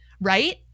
right